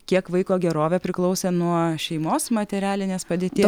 kiek vaiko gerovė priklausė nuo šeimos materialinės padėties